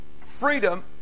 Freedom